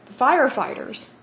firefighters